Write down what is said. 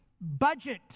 budget